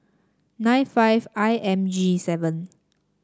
nine five I M G seven